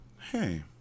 hey